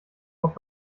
auf